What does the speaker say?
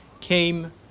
came